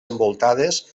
envoltades